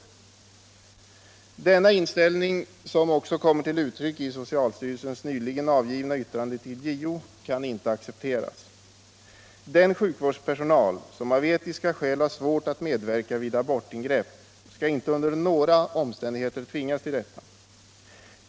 Denna inställning, som också kommer till uttryck i socialstyrelsens nyligen avgivna yttrande till JO, kan inte accepteras. Den sjukvårdspersonal som av etiska skäl har svårt att medverka vid abortingrepp skall inte under några omständigheter tvingas till detta.